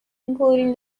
including